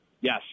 Yes